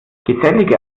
gesellige